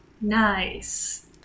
Nice